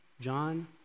John